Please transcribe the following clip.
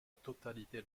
totalité